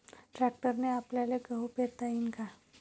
ट्रॅक्टरने आपल्याले गहू पेरता येईन का?